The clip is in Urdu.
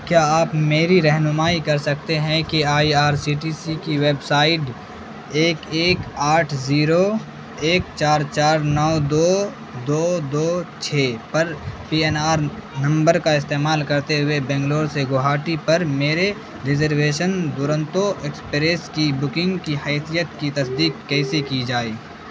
کیا آپ میری رہنمائی کر سکتے ہیں کہ I R C T C کی ویب سائٹ ایک ایک آٹھ زیرو ایک چار چار نو دو دو دو چھ پر پی این آر نمبر کا استعمال کرتے ہوئے بنگلور سے گوہاٹی پر میرے ریزرویشن دورنتو ایکسپریس کی بکنگ کی حیثیت کی تصدیق کیسے کی جائے